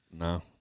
No